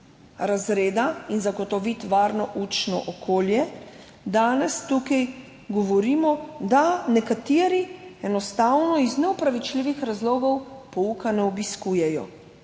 razreda in zagotoviti varno učno okolje, danes tukaj govorimo, da nekateri iz neopravičljivih razlogov enostavno pouka ne obiskujejo,